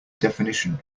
definition